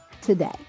today